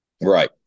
Right